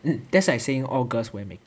that's like saying all girls wear makeup